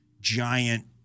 giant